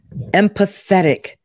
empathetic